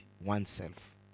oneself